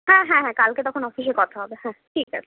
হ্যাঁ হ্যাঁ হ্যাঁ কালকে তখন অফিসে কথা হবে হ্যাঁ ঠিক আছে